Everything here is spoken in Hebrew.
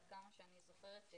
עד כמה שאני זוכרת,